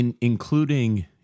including